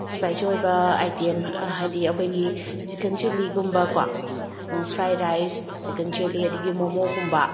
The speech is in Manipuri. ꯁ꯭ꯄꯥꯏꯁꯤ ꯑꯣꯏꯕ ꯑꯥꯏꯇꯦꯝ ꯍꯥꯏꯗꯤ ꯑꯩꯈꯣꯏꯒꯤ ꯆꯤꯀꯟ ꯆꯤꯂꯤꯒꯨꯝꯕ ꯀꯣ ꯐ꯭ꯔꯥꯏ ꯔꯥꯏꯁ ꯆꯤꯀꯟ ꯆꯤꯂꯤ ꯑꯗꯨꯗꯒꯤ ꯃꯣꯃꯣꯒꯨꯝꯕ